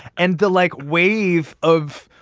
and the, like, wave of,